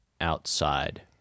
outside